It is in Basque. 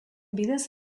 bidez